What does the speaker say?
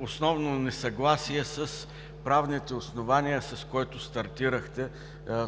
основно несъгласие с правните основания, с които стартирахте